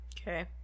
okay